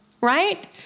Right